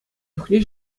чухне